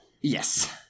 Yes